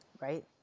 right